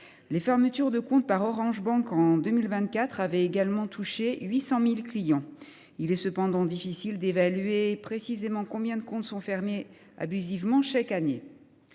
Les fermetures de comptes par Orange Bank, en 2024, avaient quant à elles touché 800 000 clients. Il est cependant difficile d’évaluer précisément le nombre de comptes clos abusivement chaque année.